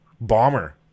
Bomber